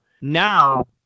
Now